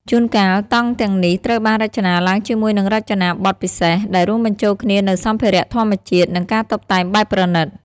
ជួនកាល តង់ទាំងនេះត្រូវបានរចនាឡើងជាមួយនឹងរចនាបថពិសេស ដែលរួមបញ្ចូលគ្នានូវសម្ភារៈធម្មជាតិ និងការតុបតែងបែបប្រណីត។